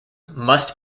must